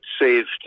saved